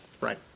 right